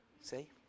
see